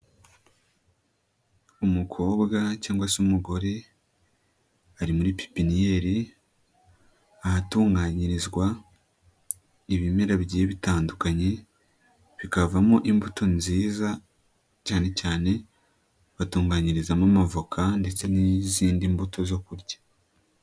Umukobwa cyangwa se umugore ari muri pipinyeri ahatunganyirizwa ibimera bitandukanye bikavamo imbuto nziza cyane cyane batunganyirizamo amavoka ndetse n''izindi mbuto zo kurya.